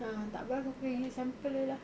ah takpe aku pakai gigi sample jer lah